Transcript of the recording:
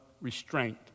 restraint